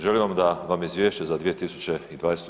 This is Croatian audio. Želim vam da vam izvješće za 2020.